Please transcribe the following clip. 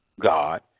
God